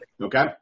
okay